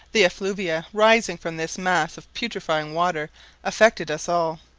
the effluvia arising from this mass of putrifying water affected us all.